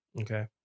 Okay